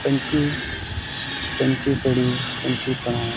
ᱯᱟᱹᱧᱪᱤ ᱯᱟᱹᱧᱪᱤ ᱥᱟᱹᱲᱤ ᱯᱟᱹᱧᱪᱤ ᱯᱟᱲᱦᱟᱴ